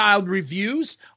reviews